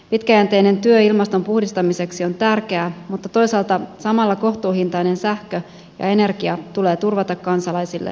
pitkäjänteinen työ ilmaston puhdistamiseksi on tärkeää mutta toisaalta samalla kohtuuhintainen sähkö ja energia tulee turvata kansalaisille ja yrityksille